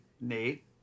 Nate